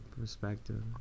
perspective